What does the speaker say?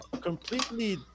completely